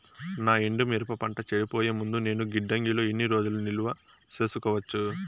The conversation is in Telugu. నా ఎండు మిరప పంట చెడిపోయే ముందు నేను గిడ్డంగి లో ఎన్ని రోజులు నిలువ సేసుకోవచ్చు?